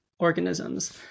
organisms